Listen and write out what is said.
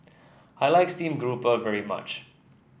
I like Steamed Garoupa very much